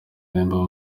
uririmba